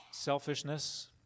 selfishness